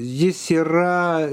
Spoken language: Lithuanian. jis yra